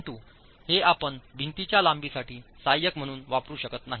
परंतु हे आपण भिंतीच्या लांबीसाठी सहाय्यक म्हणून वापरू शकत नाही